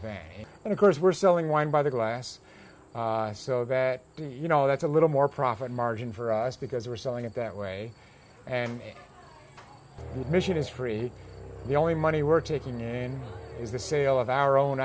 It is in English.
advantage and of course we're selling wine by the glass so that you know that's a little more profit margin for us because we're selling it that way and vision is free the only money we're taking in is the sale of our own